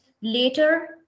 later